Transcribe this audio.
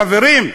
חברים,